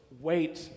wait